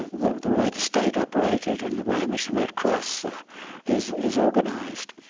the the way the state operated and the way in which the red cross ah is is organized.